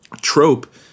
trope